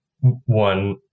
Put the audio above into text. one